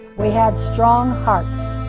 we had strong hearts,